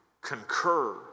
concur